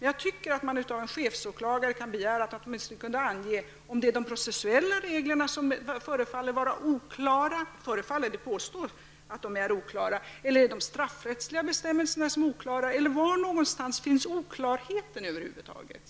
Men jag tycker att man kan begära av en chefsåklagare att han åtminstone kan ange om det är de processuella reglerna som förefaller vara oklara -- det påstås att de är oklara -- eller om det är de straffrättsliga bestämmelserna som är oklara. Var finns oklarheten egentligen?